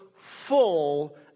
full